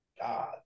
God